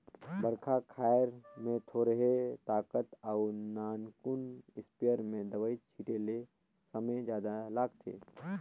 बड़खा खायर में थोरहें ताकत अउ नानकुन इस्पेयर में दवई छिटे ले समे जादा लागथे